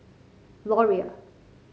Laurier